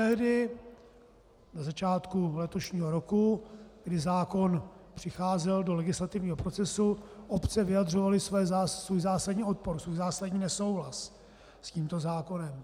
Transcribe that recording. Již tehdy, na začátku letošního roku, kdy zákon přicházel do legislativního procesu, obce vyjadřovaly svůj zásadní odpor, svůj zásadní nesouhlas s tímto zákonem.